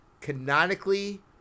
canonically